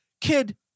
kid